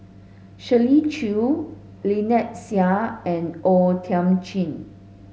Shirley Chew Lynnette Seah and O Thiam Chin